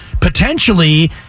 potentially